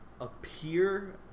appear